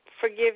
forgive